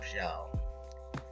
y'all